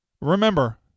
Remember